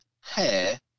hair